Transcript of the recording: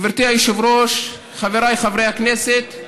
גברתי היושבת-ראש, חבריי חברי הכנסת,